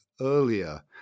earlier